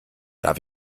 darf